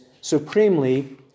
supremely